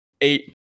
eight